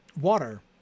Water